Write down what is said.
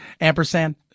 Ampersand